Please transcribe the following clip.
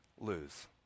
lose